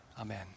Amen